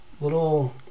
little